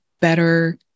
better